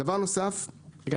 דבר נוסף שאני